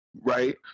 Right